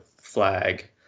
flag